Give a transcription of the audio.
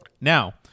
Now